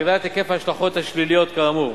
ולהגדלת היקף ההשלכות השליליות כאמור.